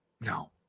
No